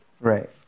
Right